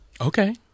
Okay